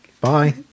Bye